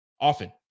often